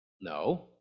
No